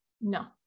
No